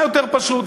מה יותר פשוט?